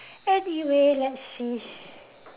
anyway let's see